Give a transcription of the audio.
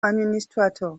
administrator